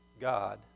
God